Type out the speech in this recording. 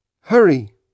Hurry